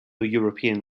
european